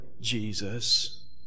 Jesus